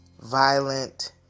violent